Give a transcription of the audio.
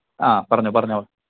ആ പറഞ്ഞോളൂ പറഞ്ഞോളൂ